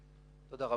תודה,